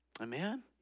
Amen